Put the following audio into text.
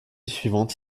suivante